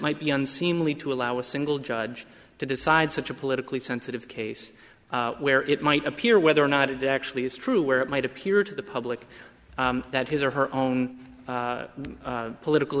might be unseemly to allow a single judge to decide such a politically sensitive case where it might appear whether or not it actually is true where it might appear to the public that his or her own political